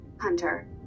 hunter